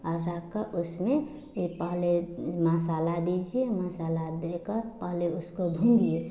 और रख कर उसमें पहले मसाला दीजिए मसाला देकर पहले उसको भूंगीए